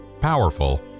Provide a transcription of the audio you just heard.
powerful